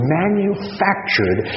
manufactured